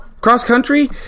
Cross-country